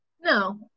No